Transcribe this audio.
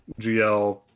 GL